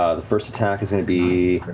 ah the first attack is going to be